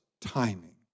timing